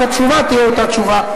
רק התשובה תהיה אותה תשובה,